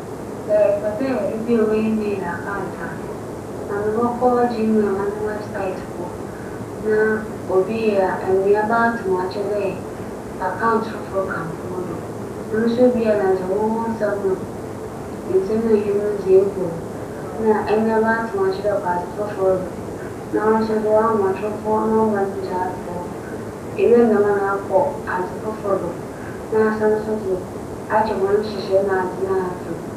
Sɛ epɛ dɛ eyɛ abaɛfor kwan a ibotum dze asɛm afa do ama binom a, ͻwͻ dɛ ebue no wͻ wo "phone" do na nsɛm a wobisa wo dɛ wo dzin, da a wͻdze woo, wo mfe a edzi na adze nyinara, ibeyiyi ano pɛpɛɛpɛr na ewie apɛ dzin a epɛ dɛ edze to adze no do. Sɛ ewie no dɛm a nna akora no dɛ mbrɛ erohwehwɛ no. ͻno ekyir no ibotum dze edzi dwuma.